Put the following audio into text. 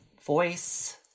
voice